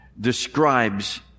describes